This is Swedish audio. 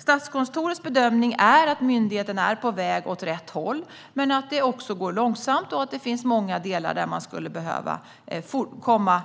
Statskontorets bedömning är att myndigheten är på väg åt rätt håll men att det går långsamt och att det finns många delar där man skulle behöva komma